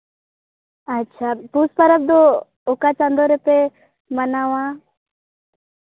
ᱟᱪᱪᱷᱟ ᱯᱩᱥ ᱯᱚᱨᱚᱵᱽ ᱫᱚ ᱚᱠᱟ ᱪᱟᱸᱫᱚ ᱨᱮᱯᱮ ᱢᱟᱱᱟᱣᱟ